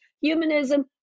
humanism